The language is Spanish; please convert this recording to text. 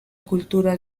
cultura